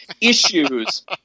issues